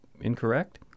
incorrect